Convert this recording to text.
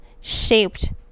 shaped